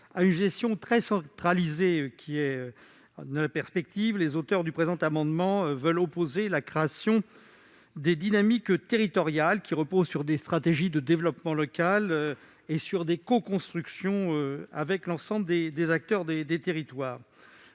À une gestion très centralisée, les auteurs du présent amendement veulent opposer la création de dynamiques territoriales reposant sur des stratégies de développement local et sur des coconstructions avec l'ensemble des acteurs présents